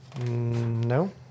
no